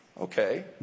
Okay